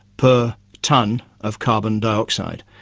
per ton of carbon dioxide,